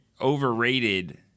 overrated